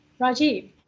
Rajiv